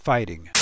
Fighting